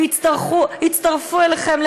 והצטרפו אליכם,